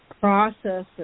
processes